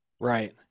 Right